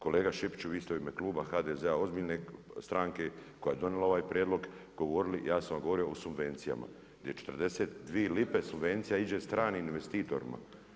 Kolega Šipiću, vi ste u ime Kluba HDZ-a ozbiljne stranke koja je donijela ovaj prijedlog govorili, ja sam vam govorio o subvencijama, gdje je 42 lip subvencije iđe stranim investitorima.